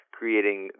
creating